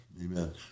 amen